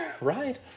right